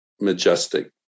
majestic